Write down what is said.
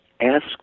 Ask